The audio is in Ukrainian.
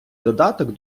додаток